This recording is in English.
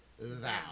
thou